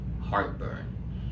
heartburn